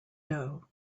doe